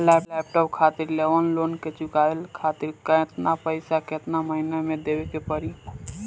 Laptop खातिर लेवल loan के चुकावे खातिर केतना पैसा केतना महिना मे देवे के पड़ी?